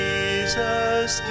Jesus